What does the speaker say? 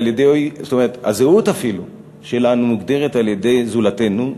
זאת אומרת אפילו הזהות שלנו מוגדרת על-ידי זולתנו,